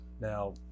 Now